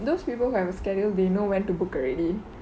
those people who have a schedule they know when to book already